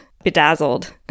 bedazzled